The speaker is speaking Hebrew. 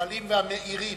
השואלים והמעירים.